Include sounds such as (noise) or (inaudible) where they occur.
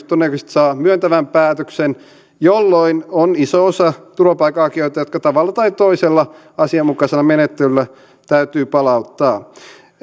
(unintelligible) todennäköisesti saa myöntävän päätöksen jolloin on iso osa turvapaikanhakijoita jotka tavalla tai toisella asianmukaisella menettelyllä täytyy palauttaa